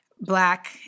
Black